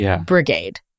brigade